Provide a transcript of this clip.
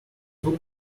two